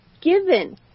given